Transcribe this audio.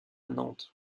nantes